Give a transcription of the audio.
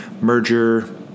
merger